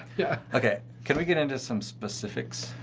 yeah. okay. can we get into some specifics?